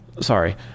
sorry